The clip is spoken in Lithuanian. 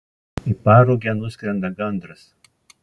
į parugę nuskrenda gandras